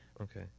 okay